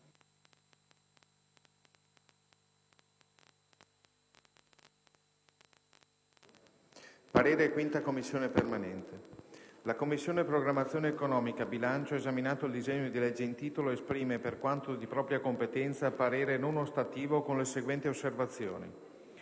apre una nuova finestra"), *segretario*. «La Commissione programmazione economica, bilancio, esaminato il disegno di legge in titolo, esprime, per quanto di propria competenza, parere non ostativo con le seguenti osservazioni: